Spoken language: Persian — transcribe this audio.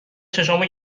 چشامو